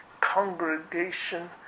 congregation